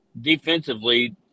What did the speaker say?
defensively